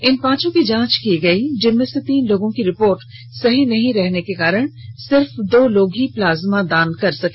इन पांचों की जांच की गई जिनमें से तीन लोगों की रिपोर्ट सही नहीं रहने के कारण सिर्फ दो लोग ही प्लाज्मा दान कर सके